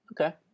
Okay